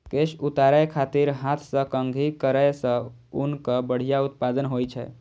केश उतारै खातिर हाथ सं कंघी करै सं ऊनक बढ़िया उत्पादन होइ छै